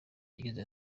yagize